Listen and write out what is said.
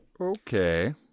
Okay